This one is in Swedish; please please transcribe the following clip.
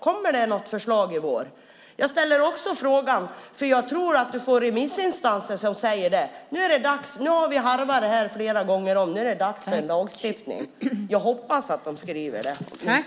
Kommer det något förslag? Nu har vi harvat det här flera gånger om. Nu är det dags för lagstiftning. Jag hoppas att du får remissinstanser som skriver det också.